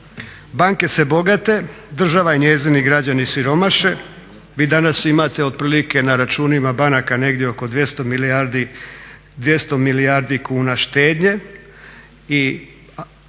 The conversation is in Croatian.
Banke se bogate, država i njezini građani siromaše. Vi danas imate otprilike na računima banaka negdje oko 200 milijardi kuna štednje